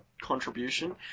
contribution